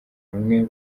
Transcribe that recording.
bamwe